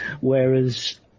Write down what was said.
Whereas